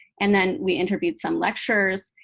and then we interviewed some lecturers,